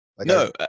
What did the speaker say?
No